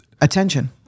attention